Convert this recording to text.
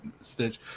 Stitch